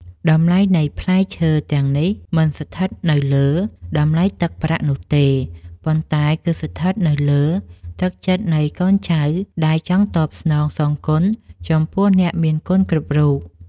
តម្លៃនៃផ្លែឈើទាំងនេះមិនស្ថិតនៅលើតម្លៃទឹកប្រាក់នោះទេ ប៉ុន្តែគឺស្ថិតនៅលើទឹកចិត្តនៃកូនចៅដែលចង់តបស្នងសងគុណចំពោះអ្នកមានគុណគ្រប់រូប។